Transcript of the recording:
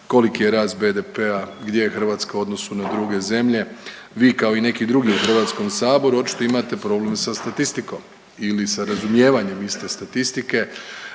koliki je rast BDP-a, gdje je Hrvatska u odnosu na druge zemlje. Vi kao i neki drugi u Hrvatskom saboru očito imate problem sa statistikom ili sa razumijevanjem iste statistike.